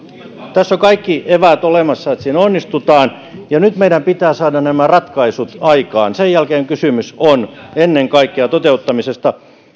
tässä on kaikki eväät olemassa että siinä onnistutaan ja nyt meidän pitää saada nämä ratkaisut aikaan sen jälkeen kysymys on ennen kaikkea toteuttamisesta